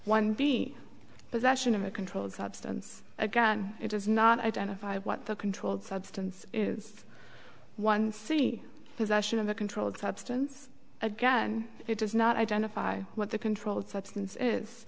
be possession of a controlled substance again it does not identify what the controlled substance is one see possession of a controlled substance again it does not identify what the controlled substance is